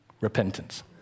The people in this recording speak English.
Repentance